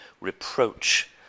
reproach